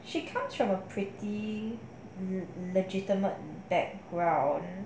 she comes from a pretty legitimate background